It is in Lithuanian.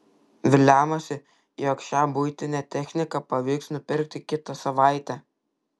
viliamasi jog šią buitinę techniką pavyks nupirkti kitą savaitę